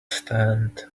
stand